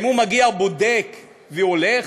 האם הוא מגיע, בודק והולך?